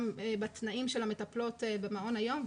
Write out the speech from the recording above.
בתנאים של המטפלות במעון היום.